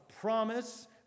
promise